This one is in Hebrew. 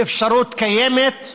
אפשרות קיימת,